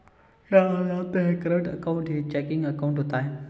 क्या आप जानते है करंट अकाउंट ही चेकिंग अकाउंट होता है